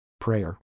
Prayer